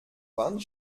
wand